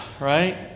right